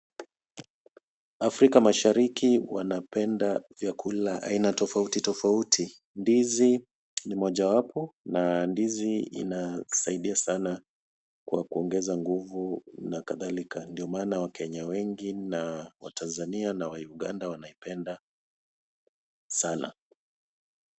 Afrika mashariki wanapenda vyakula aina tofauti tofauti. Ndizi ni mojawapo na ndizi inasaidia sana kwa kuongeza nguvu na kadhalika. Ndio maana wakenya wengi na watanzania na wa Uganda wanaipenda sana.